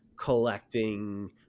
collecting